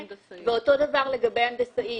ואותו דבר לגבי הנדסאי,